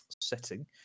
setting